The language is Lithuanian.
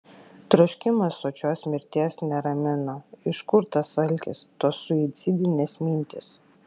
troškimas sočios mirties neramina iš kur tas alkis tos suicidinės mintys